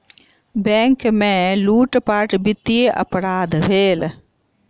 bank में लूटपाट वित्तीय अपराध भेल